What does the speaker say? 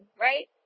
right